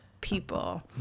people